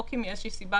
או כי מאיזו סיבה,